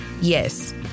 Yes